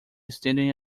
standing